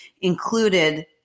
included